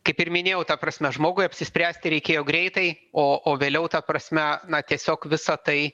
kaip ir minėjau ta prasme žmogui apsispręsti reikėjo greitai o o vėliau ta prasme na tiesiog visa tai